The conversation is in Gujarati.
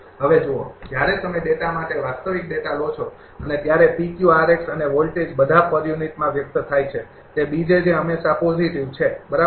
હવે જુઓ જ્યારે તમે ડેટા માટે વાસ્તવીક ડેટા લો છો અને ત્યારે અને વોલ્ટેજ બધા પર યુનિટમાં વ્યક્ત થાય છે તે હંમેશા પોજીટિવ છે બરાબર